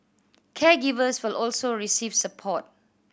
caregivers will also receive support